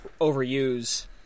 overuse